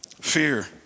Fear